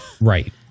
Right